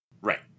Right